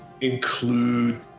include